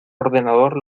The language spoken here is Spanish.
ordenador